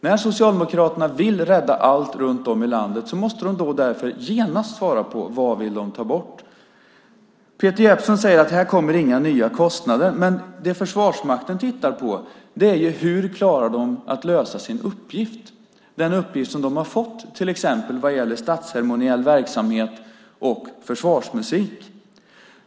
När Socialdemokraterna vill rädda allt runt om i landet måste de därför genast svara på vad de vill ta bort. Peter Jeppsson säger att här inte kommer några nya kostnader. Men det Försvarsmakten tittar på är ju hur de klarar att lösa sin uppgift, den uppgift som de har fått till exempel vad gäller statsceremoniell verksamhet och försvarsmusik.